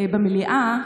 במליאה,